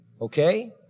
Okay